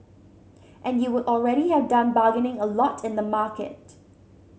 and you would already have done bargaining a lot in the market